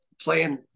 playing